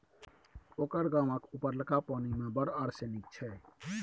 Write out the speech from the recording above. ओकर गामक उपरलका पानि मे बड़ आर्सेनिक छै